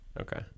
Okay